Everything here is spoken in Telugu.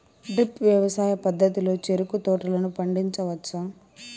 డ్రిప్ వ్యవసాయ పద్ధతిలో చెరుకు తోటలను పండించవచ్చా